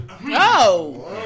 No